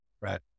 right